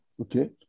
okay